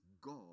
God